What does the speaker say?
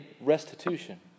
restitution